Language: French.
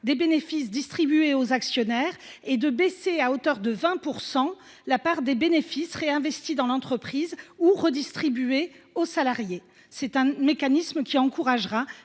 des bénéfices distribuée aux actionnaires et à minorer ce taux à hauteur de 20 % pour la part des bénéfices réinvestie dans l’entreprise ou redistribuée aux salariés. Ce mécanisme encouragera